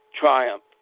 triumph